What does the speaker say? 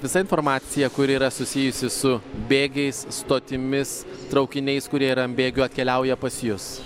visa informacija kuri yra susijusi su bėgiais stotimis traukiniais kurie yra an bėgių atkeliauja pas jus